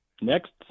Next